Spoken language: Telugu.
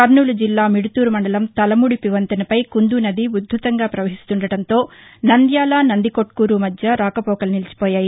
కర్నూలు జిల్లా మిడుతూరు మండలం తలముడిపి వంతెనపై కుందూ నది ఉధ్భతంగా ప్రవహిస్తుండటంతో నంద్యాల నందికొట్కూరు మధ్య రాకపోకలు నిలిచిపోయాయి